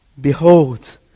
Behold